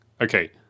Okay